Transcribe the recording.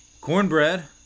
Cornbread